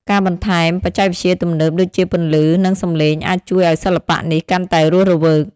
ការបន្ថែមបច្ចេកវិទ្យាទំនើបដូចជាពន្លឺ និងសំឡេង អាចជួយឱ្យសិល្បៈនេះកាន់តែរស់រវើក។